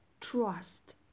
Trust